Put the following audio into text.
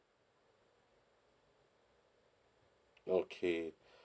okay